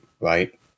Right